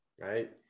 right